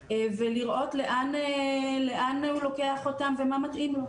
ולראות לאן הוא לוקח אותן ומה מתאים לו.